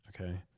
Okay